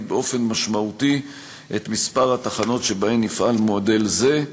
באופן משמעותי את מספר התחנות שבהן יפעל מודל זה.